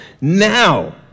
now